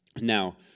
Now